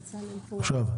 עכשיו,